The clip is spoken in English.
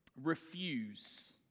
refuse